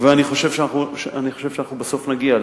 אני חושב שאנחנו בסוף נגיע לזה.